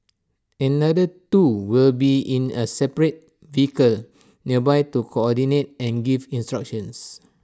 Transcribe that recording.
another two will be in A separate vehicle nearby to coordinate and give instructions